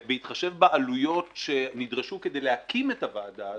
בהתחשב בעלויות שנדרשו כדי להקים את הוועדה הזאת,